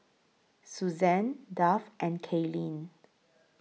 Suzann Duff and Kaylene